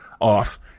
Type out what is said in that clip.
off